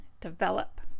develop